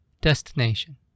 destination